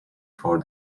for